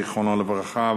זיכרונו לברכה,